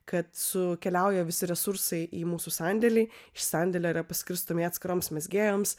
kad su keliauja visi resursai į mūsų sandėlį iš sandėlio yra paskirstomi atskiroms mezgėjoms